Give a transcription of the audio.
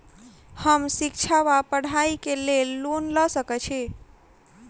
हम शिक्षा वा पढ़ाई केँ लेल लोन लऽ सकै छी?